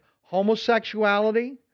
homosexuality